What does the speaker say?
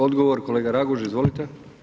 Odgovor kolega Raguž, izvolite.